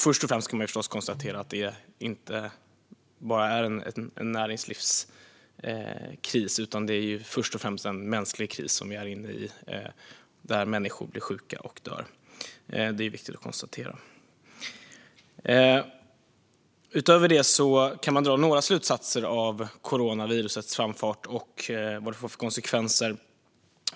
Först ska man konstatera att det inte bara är en näringslivskris. Det är främst en mänsklig kris vi är inne i där människor blir sjuka och dör. Det är viktigt att konstatera. Utöver det kan man dra några slutsatser av coronavirusets framfart och vad det får för konsekvenser.